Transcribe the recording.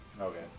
Okay